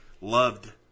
loved